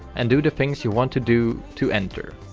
and do the things you want to do to enter.